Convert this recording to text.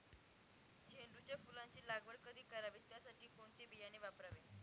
झेंडूच्या फुलांची लागवड कधी करावी? त्यासाठी कोणते बियाणे वापरावे?